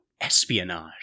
espionage